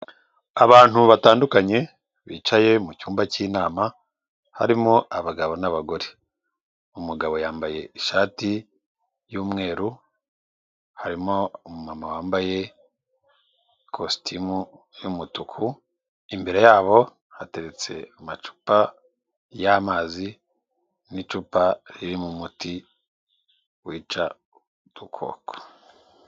Abantu batandukanye, bicaye mu cyumba cy'inama, harimo abagabo n'abagore. Umugabo yambaye ishati y'umweru, harimo umumama wambaye ikositimu y'umutuku, imbere yabo hateretse amacupa y'amazi, n'icupa ririmo umuti wica udukoko.